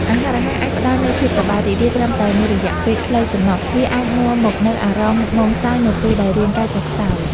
អាហាររហ័សអាចផ្តល់នូវភាពសប្បាយរីករាយត្រឹមតែមួយរយៈពេលខ្លីប៉ុន្តែវាអាចនាំមកនូវអារម្មណ៍ហ្មងសៅនៅពេលដែលរាងកាយចុះខ្សោយ។